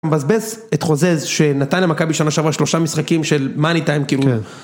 מבזבז את חוזז שנתן למכבי שנה שעברה שלושה משחקים של מני טיים כאילו